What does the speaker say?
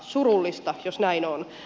surullista jos näin on